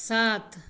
सात